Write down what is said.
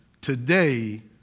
Today